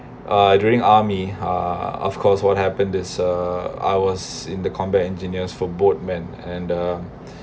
uh during army uh of course what happened this uh I was in the combat engineers for bolt men and the